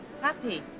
Happy